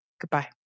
Goodbye